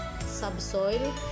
subsoil